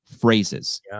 phrases